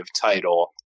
title